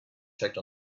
checked